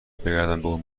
بگردم